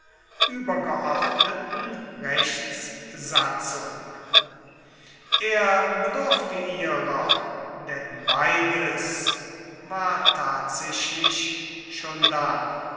übergeordneten rechtssatzung er bedurfte ihrer denn beides war tatsächlich schon da